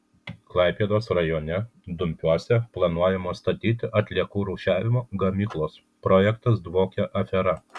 klaipėdos rajone dumpiuose planuojamos statyti atliekų rūšiavimo gamyklos projektas dvokia afera